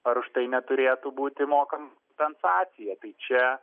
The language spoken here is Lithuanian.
ar už tai neturėtų būti mokama kompensacija tai čia